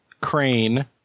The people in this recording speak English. crane